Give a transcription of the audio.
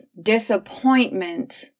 disappointment